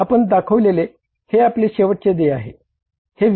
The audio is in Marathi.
आपण दाखवलेले हे आपले शेवटचे देणे आहे